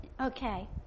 okay